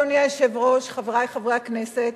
אדוני היושב-ראש, חברי חברי הכנסת,